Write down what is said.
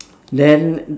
then